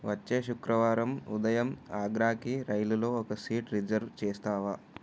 వచ్చే శుక్రవారం ఉదయం ఆగ్రాకి రైలులో ఒక సీట్ రిజర్వ్ చేస్తావా